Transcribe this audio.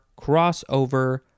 crossover